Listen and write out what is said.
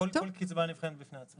כל קצבה נבחנת בפני עצמה.